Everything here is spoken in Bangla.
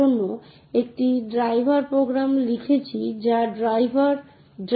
সুতরাং এই তিনটি উদ্দেশ্য অর্জন করার জন্য হার্ডওয়্যার বা মেকানিজমগুলিতে প্রয়োগ করা হয়